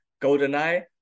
Goldeneye